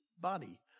body